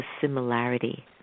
similarity